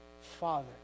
Father